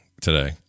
today